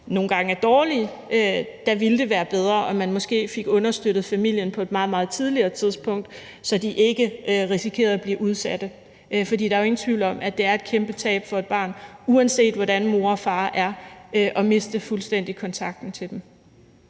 nogle gange er dårlige. Der ville det være bedre, om man måske fik understøttet familien på et meget, meget tidligere tidspunkt, så de ikke risikerede at blive udsatte. For der er jo ingen tvivl om, at det er et kæmpe tab for et barn, uanset hvordan mor og far er, fuldstændig at miste kontakten til dem.